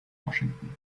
washington